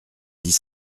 dix